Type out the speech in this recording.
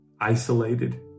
isolated